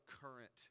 current